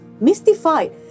mystified